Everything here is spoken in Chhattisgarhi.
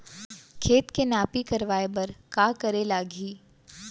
खेत के नापी करवाये बर का करे लागही?